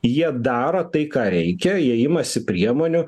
jie daro tai ką reikia jie imasi priemonių